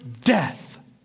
death